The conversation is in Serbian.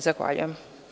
Zahvaljujem.